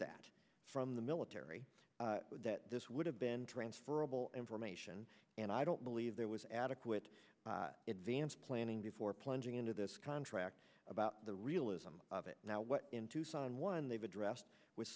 that from the military this would have been transferable information and i don't believe there was adequate it vance planning before plunging into this contract about the realism of it now what in tucson one they've addressed with